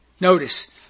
Notice